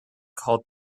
called